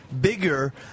bigger